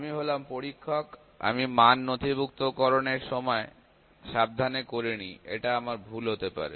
আমি হলাম পরীক্ষক আমি মান নথিভুক্তকরণ এর সময় সাবধানে করিনি এটা আমার ভুল হতে পারে